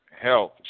health